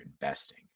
investing